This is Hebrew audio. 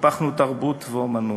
טיפחנו תרבות ואמנות,